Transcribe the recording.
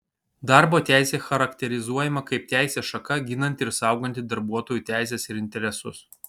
darbo teisė charakterizuojama kaip teisės šaka ginanti ir sauganti darbuotojų teises ir interesus